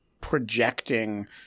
projecting –